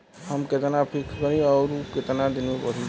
हम कितना फिक्स करी और ऊ कितना दिन में बड़ी?